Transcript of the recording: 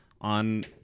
On